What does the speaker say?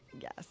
Yes